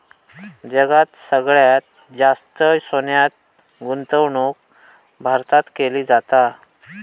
जगात सगळ्यात जास्त सोन्यात गुंतवणूक भारतात केली जाता